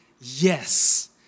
yes